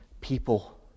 people